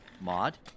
Maud